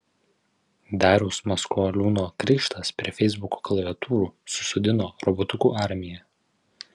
dariaus maskoliūno krikštas prie feisbuko klaviatūrų susodino robotukų armiją